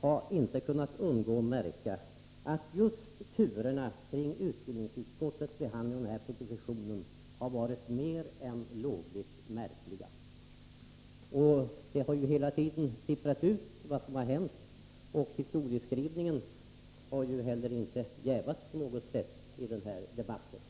har inte kunnat undgå att märka att just turerna kring utbildningsutskottets behandling av den här propositionen har varit mer än lovligt märkliga. Det har hela tiden sipprat ut vad som har hänt, och historiebeskrivningen har inte heller på något sätt jävats i debatten.